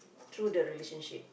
through the relationship